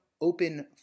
Open